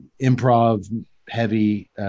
improv-heavy